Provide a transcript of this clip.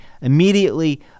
immediately